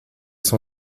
son